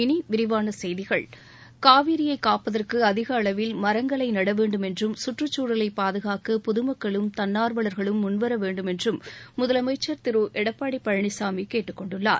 இனி விரிவான செய்திகள் காவிரியை காப்பதற்கு அதிக அளவில் மரங்களை நட வேண்டும் என்றும் கற்றுச்சூழலை பாதுகாக்க பொதுமக்களும் தன்னார்வலர்களும் முன்வர வேண்டும் என்றும் முதலமைச்சர் திரு எடப்பாடி பழனிசாமி கேட்டுக்கொண்டுள்ளார்